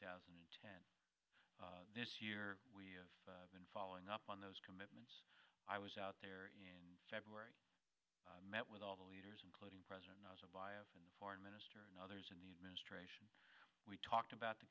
thousand and ten this year we have been following up on those commitments i was out there in february met with all the leaders including president and foreign minister and others in the administration we talked about the